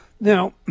Now